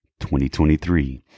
2023